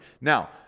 Now